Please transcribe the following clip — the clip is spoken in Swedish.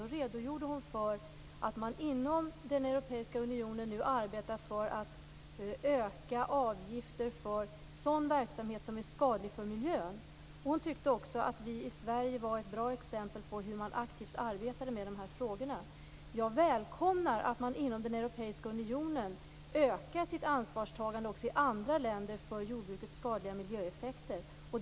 Hon redogjorde då för att man inom den europeiska unionen nu arbetar för att öka avgifter för sådan verksamhet som är skadlig för miljön. Hon tyckte också att vi i Sverige var ett bra exempel på hur man aktivt kunde arbeta med de här frågorna. Jag välkomnar att man inom den europeiska unionen ökar sitt ansvarstagande också i andra länder för jordbrukets skadliga miljöeffekter.